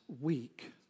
week